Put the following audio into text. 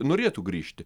norėtų grįžti